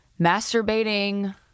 masturbating